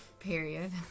period